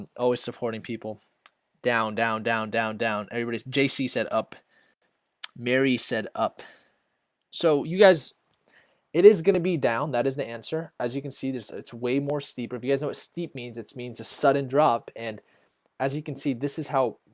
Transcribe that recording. and always supporting people down down down down down. everybody's jc set up mary set up so you guys it is gonna be down that is the answer as you can see there's it's way more steeper if you guys know it steep means it's means a sudden drop and as you can see this is how?